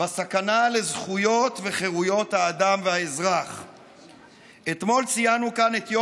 רק בשנה האחרונה המינהל האזרחי השקיע שם 1.6 מיליון שקל,